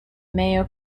mayo